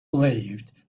believed